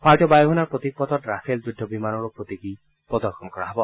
ভাৰতীয় বায়ু সেনাৰ প্ৰতীকপটত ৰাফেল যুদ্ধ বিমানৰো প্ৰতীকী প্ৰদৰ্শন কৰা হব